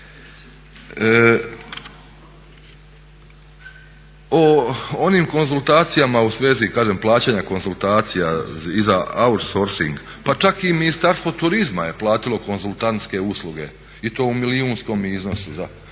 O onim konzultacijama u svezi kaže plaćanja konzultacija i za outsorcing, pa čak i Ministarstvo turizma je platilo konzultantske usluge i to u milijunskom iznosu za